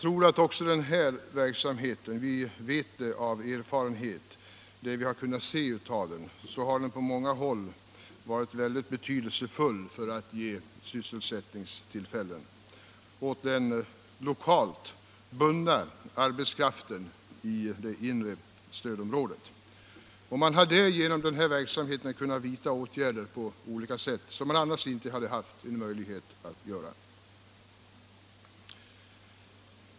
Vad vi har kunnat se av denna verksamhet har visat oss att den på många håll har varit betydelsefull för att ge sysselsättningstillfällen åt den lokalt bundna arbetskraften i det inre stödområdet. Genom denna verksamhet har olika åtgärder kunnat vidtas som annars inte hade varit möjliga.